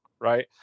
right